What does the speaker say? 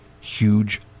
huge